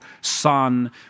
sun